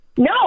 No